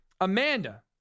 Amanda